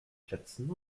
plätzen